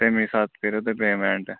تٔمی ساتہٕ کٔرِو تُہۍ پیمٮ۪نٹہٕ